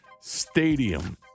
Stadium